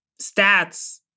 stats